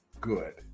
good